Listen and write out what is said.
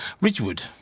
ridgewood